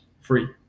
Free